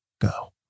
Go